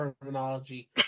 terminology